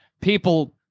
people